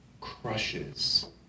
crushes